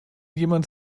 jemand